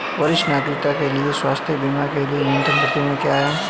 वरिष्ठ नागरिकों के स्वास्थ्य बीमा के लिए न्यूनतम प्रीमियम क्या है?